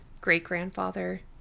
great-grandfather